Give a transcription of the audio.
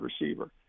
receiver